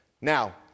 Now